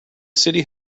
city